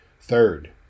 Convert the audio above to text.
Third